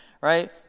right